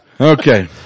Okay